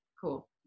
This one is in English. cool